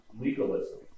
legalism